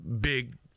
big